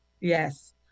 Yes